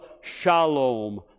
Shalom